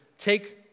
take